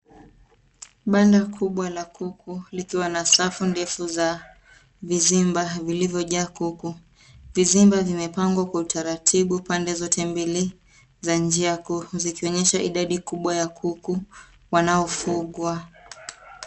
Banda kubwa la kuku likiwa na safu ndefu za vizimba vilivyojaa kuku. Vizimba vimepangwa kwa utaratibu pande zote mbili za njia kuu, zikionyesha idadi kubwa ya kuku wanaofugwa.